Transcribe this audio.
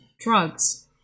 drugs